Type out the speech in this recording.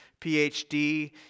PhD